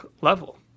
level